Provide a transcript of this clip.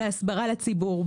בהסברה לציבור,